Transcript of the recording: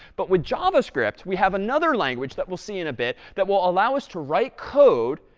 but with javascript, we have another language that we'll see in a bit that will allow us to write code,